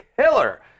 Killer